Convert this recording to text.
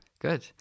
good